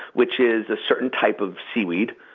which is a certain type of seaweed,